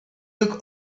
took